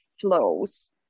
flows